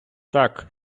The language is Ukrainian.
так